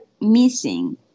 missing